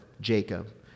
Jacob